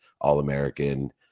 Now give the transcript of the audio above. All-American